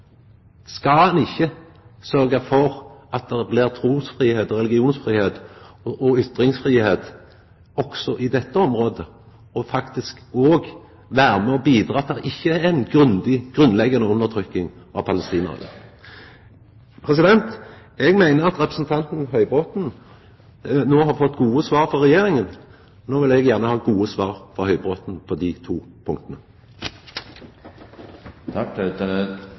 Skal han ikkje sørgja for at det skal blir trusfridom og religionsfridom og ytringsfridom også i dette området og vera med og bidra til at det ikkje er ei grunnleggjande undertrykking av palestinarane? Eg meiner at representanten Høybråten no har fått gode svar frå Regjeringa, og no vil eg gjerne ha gode svar frå Høybråten på desse to